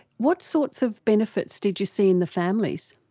what sorts of benefits did you see in the families?